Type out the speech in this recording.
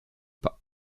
pas